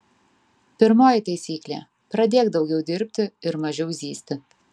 pirmoji taisyklė pradėk daugiau dirbti ir mažiau zyzti